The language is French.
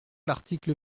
l’article